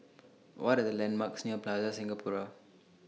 What Are The landmarks near Plaza Singapura